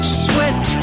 sweat